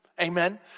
Amen